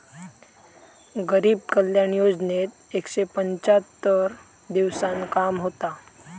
गरीब कल्याण योजनेत एकशे पंच्याहत्तर दिवसांत काम होता